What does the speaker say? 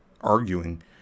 arguing